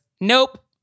nope